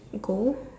go